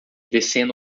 descendo